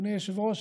אדוני היושב-ראש,